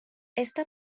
esta